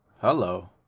hello